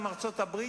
עם ארצות-הברית,